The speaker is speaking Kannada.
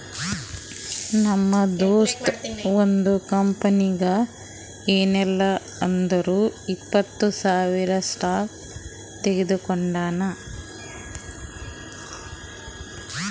ನಮ್ ದೋಸ್ತ ಒಂದ್ ಕಂಪನಿನಾಗ್ ಏನಿಲ್ಲಾ ಅಂದುರ್ನು ಇಪ್ಪತ್ತ್ ಸಾವಿರ್ ಸ್ಟಾಕ್ ತೊಗೊಂಡಾನ